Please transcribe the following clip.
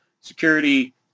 security